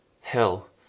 Hell